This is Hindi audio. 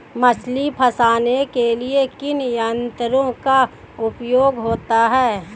मछली फंसाने के लिए किन यंत्रों का उपयोग होता है?